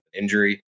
injury